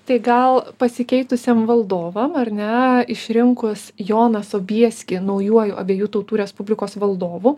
tai gal pasikeitusiam valdovam ar ne išrinkus joną sobieskį naujuoju abiejų tautų respublikos valdovu